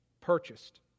purchased